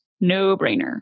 No-brainer